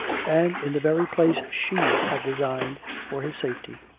and in the very place she had designed for his safety.